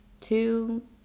two